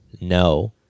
No